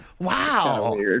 Wow